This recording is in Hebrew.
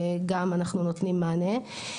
גם אנחנו נותנים מענה.